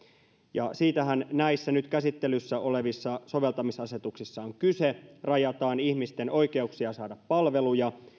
ja siitähän näissä nyt käsittelyssä olevissa soveltamisasetuksissa on kyse rajataan ihmisten oikeuksia saada palveluja